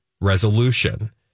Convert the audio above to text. resolution